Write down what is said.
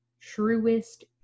truest